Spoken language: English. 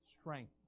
strength